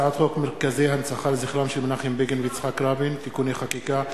הצעת חוק מרכזי ההנצחה לזכרם של מנחם בגין ויצחק רבין (תיקוני חקיקה),